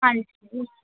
ਹਾਂਜੀ